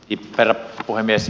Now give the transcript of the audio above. herra puhemies